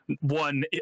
one